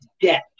death